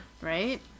Right